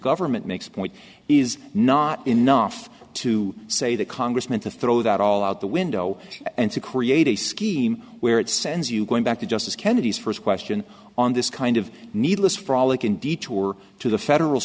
government makes point is not enough to say that congressman to throw that all out the window and to create a scheme where it sends you going back to justice kennedy's first question on this kind of needless frolic and detour to the federal